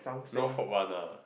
no hope one lah